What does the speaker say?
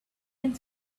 and